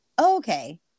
Okay